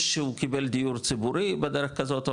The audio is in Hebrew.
או שהוא קיבל דיור ציבורי בדרך כזאת או